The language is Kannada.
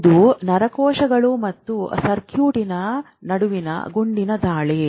ಇದು ನರಕೋಶಗಳು ಮತ್ತು ಸರ್ಕ್ಯೂಟ್ಗಳ ನಡುವಿನ ಗುಂಡಿನ ದಾಳಿ